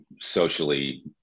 socially